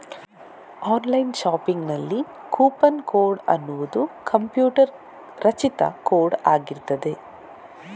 online ಶಾಪಿಂಗಿನಲ್ಲಿ coupon code ಅನ್ನುದು computer ರಚಿತ ಕೋಡ್ ಆಗಿರ್ತದೆ